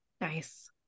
Nice